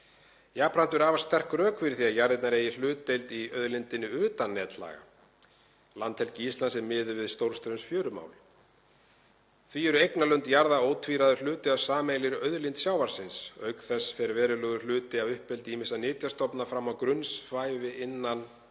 eru afar sterk rök fyrir því að jarðirnar eigi hlutdeild í auðlindinni utan netlaga. Landhelgi Íslands er miðuð við stórstraumsfjörumál. Því eru eignarlönd jarða ótvíræður hluti af sameiginlegri auðlind sjávarins. Auk þess fer verulegur hluti af uppeldi ýmissa nytjastofna fram á grunnsævi innan netlaga